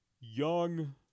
young